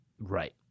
Right